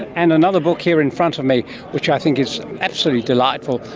and another book here in front of me which i think is absolutely delightful,